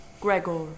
Gregor